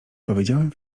powiedziałem